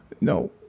no